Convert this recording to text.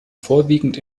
vorwiegend